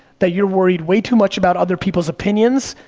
that you're worried way too much about other people's opinions,